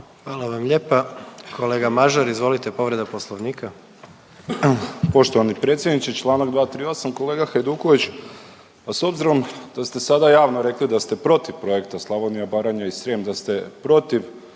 Hvala vam lijepa. Kolega Mažar izvolite povreda poslovnika. **Mažar, Nikola (HDZ)** Poštovani predsjedniče. Čl. 238. kolega Hajduković pa s obzirom da ste sada javno rekli da ste protiv projekta Slavonija, Baranja i Srijem da ste protiv